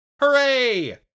Hooray